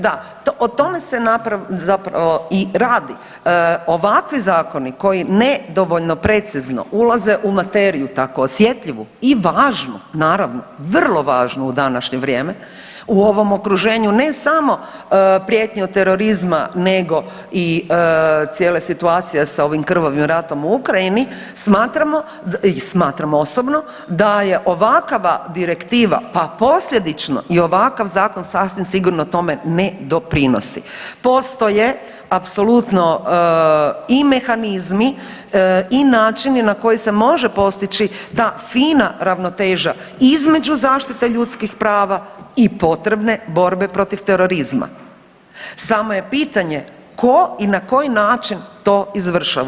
Da, o tome se zapravo i radi, ovakvi zakoni koji nedovoljno precizno ulaze u materiju tako osjetljivu i važnu naravno vrlo važnu u današnje vrijeme u ovom okruženju, ne samo prijetnju terorizma nego i cijele situacije sa ovim krvavim ratom u Ukrajini smatramo i smatram osobno da je ovakva direktiva, pa posljedično i ovakav zakon sasvim sigurno tome ne doprinosi, postoje apsolutno i mehanizmi i načini na koji se može postići ta fina ravnoteža između zaštite ljudskih prava i potrebne borbe protiv terorizma, samo je pitanje ko i na koji način to izvršava.